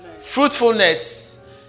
fruitfulness